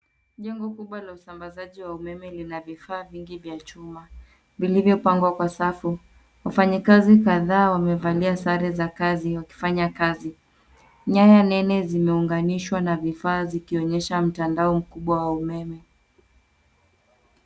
Jengo kubwa la usambazaji wa umeme lina vifaa vingi vya chuma vilivyo pangwa kwa safu, wafanyi kazii kadhaa wamevalia sare za kazi wakifanya kazi. Nyaya nene zimeunganishwa na vifaa zikionyesha mtandao mkubwa wa umeme.